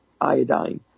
iodine